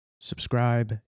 subscribe